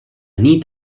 nit